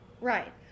Right